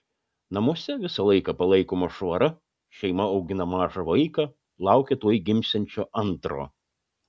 namuose visą laiką palaikoma švara šeima augina mažą vaiką laukia tuoj gimsiančio antro